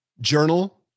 journal